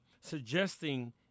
suggesting